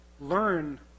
learn